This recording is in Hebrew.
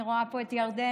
אני רואה פה את ירדנה,